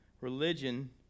Religion